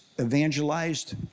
evangelized